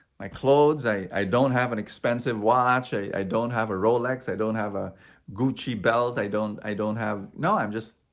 my clothes. i i don't have an expensive watch. i i don't have a rolex, i don't have a gucci belt. i don't i don't have. no! i um just,